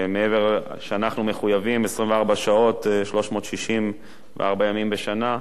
שהרי אנחנו מחויבים 24 שעות, 364 ימים בשנה,